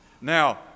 Now